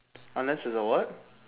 unless it's a what